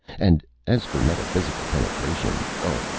and as for metaphysical penetration oh,